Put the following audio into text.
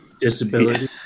disability